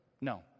No